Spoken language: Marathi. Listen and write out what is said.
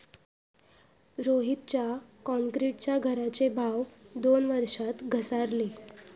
रोहितच्या क्रॉन्क्रीटच्या घराचे भाव दोन वर्षात घसारले